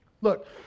Look